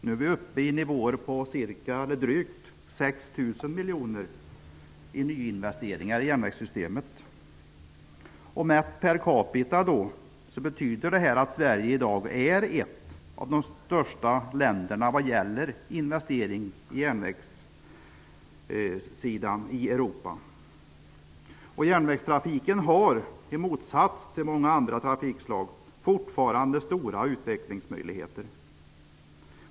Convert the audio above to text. Nu är vi uppe i nivåer på drygt 6 000 miljoner i nyinvesteringar i järnvägssystemet. Mätt per capita betyder detta att Sverige i dag är ett av de främsta länderna i Europa vad gäller investering i järnvägar. Järnvägstrafiken har, i motsats till många andra trafikslag, fortfarande stora utvecklingsmöjligheter.